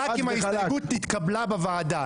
רק אם ההסתייגות התקבלה בוועדה.